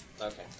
Okay